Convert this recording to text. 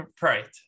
right